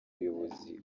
buyobozi